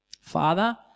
Father